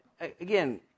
again